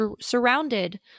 surrounded